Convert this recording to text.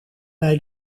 bij